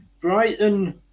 Brighton